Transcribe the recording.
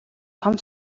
том